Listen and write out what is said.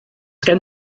gen